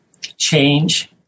change